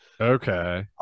Okay